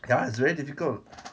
ya it's very difficult